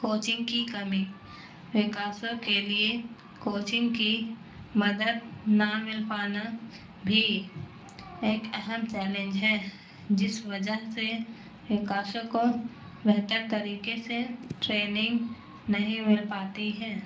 coaching کی کمی رقاصوں کے لیے کوچنگ کی مدد نہ مل پانا بھی ایک اہم چیلنج ہے جس وجہ سے رقاصوں کو بہتر طریقے سے ٹریننگ نہیں مل پاتی ہے